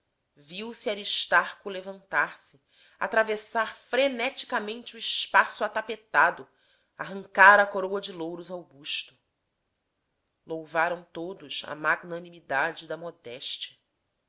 aristarco levantar-se atravessar freneticamente o espaço atapetado arrancar a coroa de louros ao busto louvaram todos a magnanimidade da modéstia